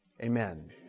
Amen